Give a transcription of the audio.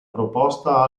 proposta